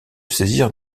saisir